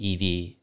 EV